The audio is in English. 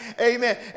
Amen